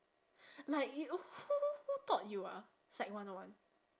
like you who who who taught you ah psych one O one